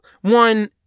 one